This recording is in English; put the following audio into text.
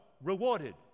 rewarded